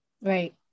Right